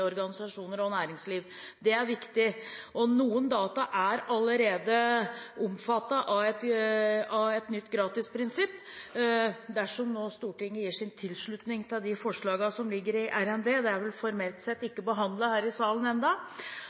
organisasjoner og næringsliv– det er viktig. Noen data er allerede omfattet av et nytt gratisprinsipp dersom Stortinget nå gir sin tilslutning til de forslagene som ligger i revidert nasjonalbudsjett. Det er vel formelt sett ikke behandlet her i salen